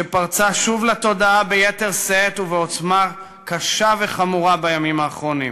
שפרצה שוב לתודעה ביתר שאת ובעוצמה קשה וחמורה בימים האחרונים.